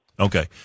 Okay